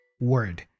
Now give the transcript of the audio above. word